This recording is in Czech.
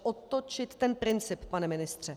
Otočit ten princip, pane ministře.